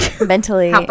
Mentally